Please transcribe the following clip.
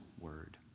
word